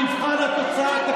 במבחן התוצאה,